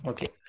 Okay